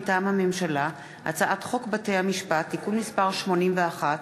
מטעם הממשלה: הצעת חוק בתי-המשפט (תיקון מס' 81)